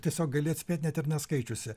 tiesiog gali atspėt net ir neskaičiusi